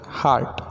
heart